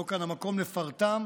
ולא כאן המקום לפרטם.